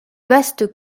vaste